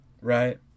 right